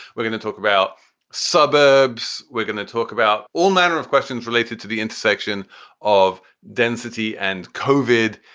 we're going to talk about suburbs. we're going to talk about all manner of questions related to the intersection of density and covered.